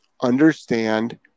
understand